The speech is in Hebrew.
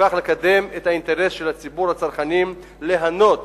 ובכך לקדם את האינטרס של ציבור הצרכנים ליהנות